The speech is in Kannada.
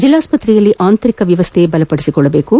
ಜಲ್ಲಾಸ್ತತ್ರೆಯಲ್ಲಿ ಆಂತರಿಕ ವ್ಯವಸ್ಥೆಯನ್ನು ಬಲಪಡಿಸಿಕೊಳ್ಳಬೇಕು